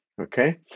Okay